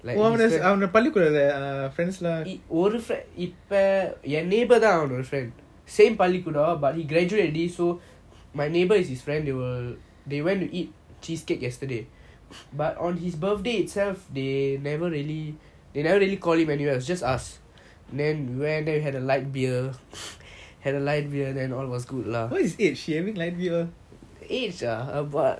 அவனோட பள்ளிக்கூட:avanoda pallikooda friends lah